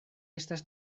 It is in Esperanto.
estas